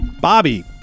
Bobby